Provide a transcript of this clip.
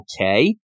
okay